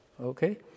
okay